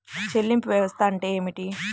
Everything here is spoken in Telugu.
చెల్లింపు వ్యవస్థ అంటే ఏమిటి?